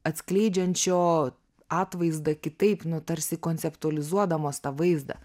atskleidžiančio atvaizdą kitaip nu tarsi konceptualizuodamos tą vaizdą